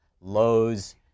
Lowe's